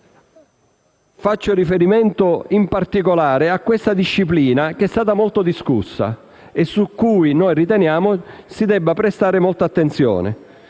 faccio riferimento, in particolare, a questa disciplina, che è stata molto discussa e alla quale noi riteniamo si debba prestare molta attenzione: